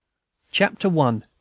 chapter one.